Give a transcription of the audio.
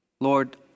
Lord